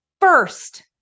first